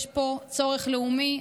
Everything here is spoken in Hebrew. יש פה צורך לאומי.